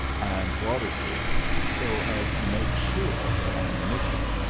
and watervliet so as to make sure of their ammunition,